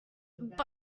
but